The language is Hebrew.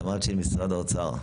תמר צ'ין, משרד האוצר.